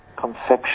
conception